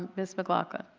miss mclaughlin.